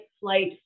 flight